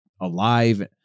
alive